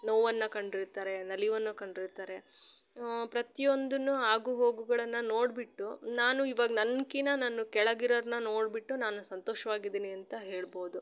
ನೋವನ್ನು ಕಂಡಿರ್ತಾರೆ ನಲಿವನ್ನು ಕಂಡಿರ್ತಾರೆ ಪ್ರತಿಯೊಂದುನೂ ಆಗು ಹೋಗುಗಳನ್ನು ನೋಡಿಬಿಟ್ಟು ನಾನು ಇವಾಗ ನನಗಿನ್ನ ನಾನು ಕೆಳಗೆ ಇರೋರನ್ನ ನೋಡಿಬಿಟ್ಟು ನಾನು ಸಂತೋಷ್ವಾಗಿದೀನಿ ಅಂತ ಹೇಳ್ಬೋದು